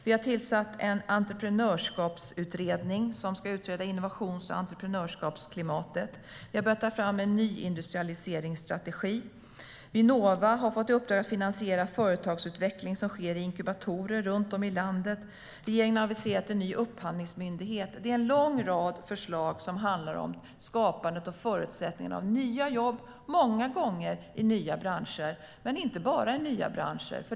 Vi har tillsatt en entreprenörskapsutredning som ska utreda innovations och entreprenörskapsklimatet. Vi har börjat ta fram en nyindustrialiseringsstrategi. Vinnova har fått i uppdrag att finansiera företagsutveckling som sker i inkubatorer runt om i landet. Vi har aviserat en ny upphandlingsmyndighet. Det är en lång rad förslag som handlar om skapandet av förutsättningar för nya jobb - många gånger i nya branscher, men inte bara där.